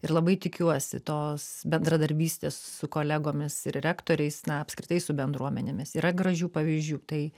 ir labai tikiuosi tos bendradarbystės su kolegomis ir rektoriais na apskritai su bendruomenėmis yra gražių pavyzdžių tai